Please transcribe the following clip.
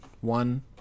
one